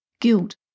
guilt